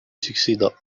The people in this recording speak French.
succéda